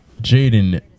Jaden